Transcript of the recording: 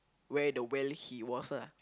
where the well he was ah